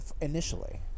initially